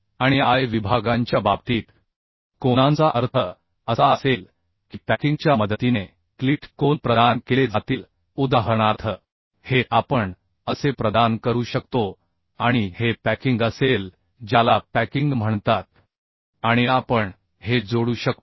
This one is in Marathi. आणि I विभागांच्या बाबतीत कोनांचा अर्थ असा असेल की पॅकिंगच्या मदतीने क्लीट कोन प्रदान केले जातील उदाहरणार्थहे आपण असे प्रदान करू शकतो आणि हे पॅकिंग असेल ज्याला पॅकिंग म्हणतात आणि आपण हे जोडू शकतो